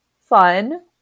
fun